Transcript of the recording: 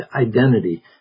identity